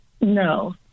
No